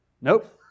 Nope